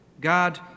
God